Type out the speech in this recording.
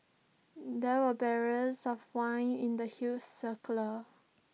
there were barrels of wine in the huge